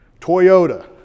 Toyota